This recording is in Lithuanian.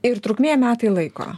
ir trukmė metai laiko